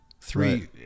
three